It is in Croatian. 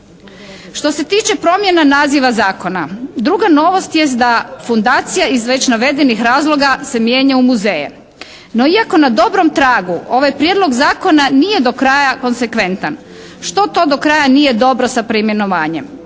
Što se tiče promjena naziva zakona druga novost jest da fundacija iz već navedenih razloga se mijenja u muzeje, no iako na dobrom tragu ovaj Prijedlog zakona nije do kraja konsekventan. Što to do kraja nije dobro sa preimenovanjem?